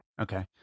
Okay